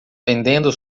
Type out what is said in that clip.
vendendo